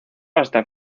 hasta